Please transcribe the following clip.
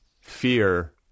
Fear